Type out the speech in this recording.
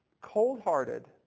cold-hearted